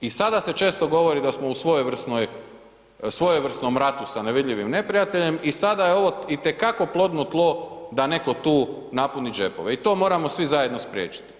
I sada se često govori da smo u svojevrsnom ratu sa nevidljivim neprijateljem i sada je ovo itekako plodno tlo da neko tu napuni džepove i to moramo svi zajedno spriječiti.